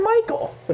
Michael